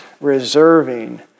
reserving